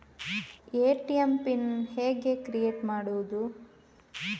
ATM PIN ಹೇಗೆ create ಮಾಡುವುದು?